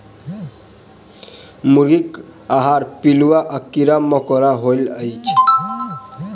मुर्गीक आहार पिलुआ आ कीड़ा मकोड़ा होइत अछि